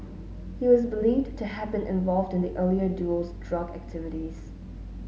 he was believed to have been involved in the earlier duo's drug activities